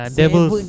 devils